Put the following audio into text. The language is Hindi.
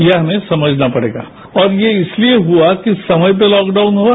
यह हमें समझना पड़ेगा और ये इसलिए हुआ कि समय पर लॉकडाउन हुआ